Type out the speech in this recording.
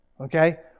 Okay